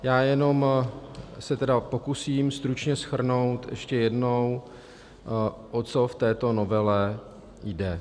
Já jenom se tedy pokusím stručně shrnout ještě jednou, o co v této novele jde.